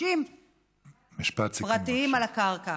דורשים פרטיים על הקרקע.